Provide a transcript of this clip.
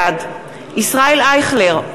בעד ישראל אייכלר,